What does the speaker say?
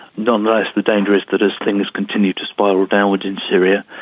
nonetheless the danger is that as things continue to spiral downwards in syria,